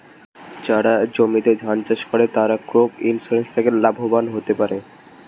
যারা জমিতে ধান চাষ করে তারা ক্রপ ইন্সুরেন্স থেকে লাভবান হতে পারে